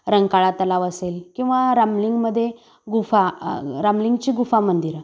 रंकाळा तलाव असेल किंवा रामलिंगमध्ये गुफा रामलिंगची गुफा मंदिरं